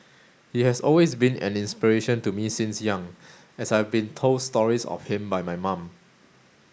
he has always been an inspiration to me since young as I've been told stories of him by my mum